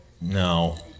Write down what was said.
No